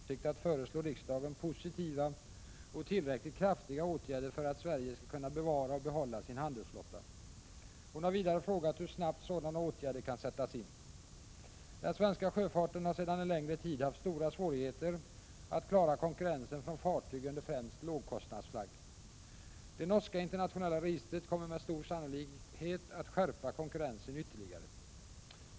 Herr talman! Anna Wohlin-Andersson har frågat mig om jag har för avsikt att föreslå riksdagen positiva och tillräckligt kraftiga åtgärder för att Sverige skall kunna bevara och behålla sin handelsflotta. Hon har vidare frågat hur snabbt sådana åtgärder kan sättas in. Den svenska sjöfarten har sedan en längre tid haft stora svårigheter att klara konkurrensen från fartyg under främst lågkostnadsflagg. Det norska internationella registret kommer med stor sannolikhet att skärpa konkurrensen ytterligare.